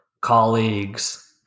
colleagues